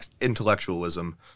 intellectualism